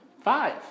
Five